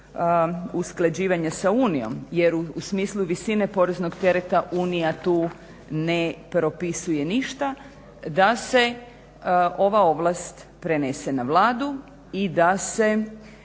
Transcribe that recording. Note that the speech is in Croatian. usklađivanja sa Unijom, jer u smislu visine poreznog tereta Unija tu ne propisuje ništa da se ova ovlast prenese na Vladu i da se